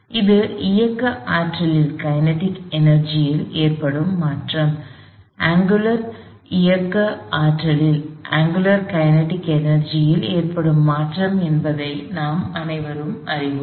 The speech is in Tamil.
இது இயக்க ஆற்றலில் ஏற்படும் மாற்றம் அங்குலர் இயக்க ஆற்றலில் ஏற்படும் மாற்றம் என்பதை நாம் அனைவரும் அறிவோம்